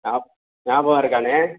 ஆ ஞாபகம் இருக்காண்ணே